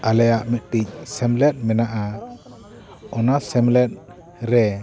ᱟᱞᱮᱭᱟᱜ ᱢᱤᱫᱴᱤᱡ ᱥᱮᱢᱞᱮᱫ ᱢᱮᱱᱟᱜᱼᱟ ᱚᱱᱟ ᱥᱮᱢᱞᱮᱫ ᱨᱮ